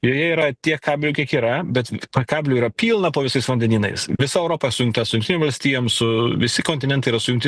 joje yra tiek kabelių kiek yra bet p kabelių yra pilna po visais vandenynais visa europa sujungta su jungtinėm valstijom su visi kontinentai yra sujungti